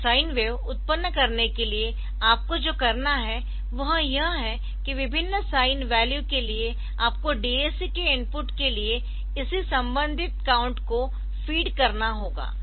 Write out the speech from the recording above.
तो sine wave उत्पन्न करने के लिए आपको जो करना है वह यह है कि विभिन्न साइन वैल्यू के लिए आपको DAC के इनपुट के लिए इसी संबंधित काउंट को फीड करना होगा